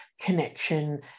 connection